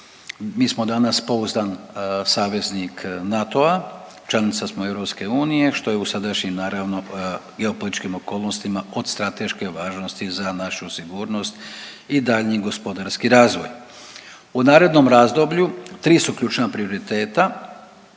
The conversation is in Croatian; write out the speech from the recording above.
Mi smo danas pouzdan saveznik NATO-a, članica smo EU što je u sadašnjim naravno geopolitičkim okolnostima od strateške važnosti za našu sigurnost i daljnji gospodarski razvoj. U narednom razdoblju tri su ključna prioriteta